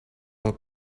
pel